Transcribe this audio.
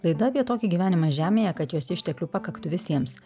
laida apie tokį gyvenimą žemėje kad jos išteklių pakaktų visiems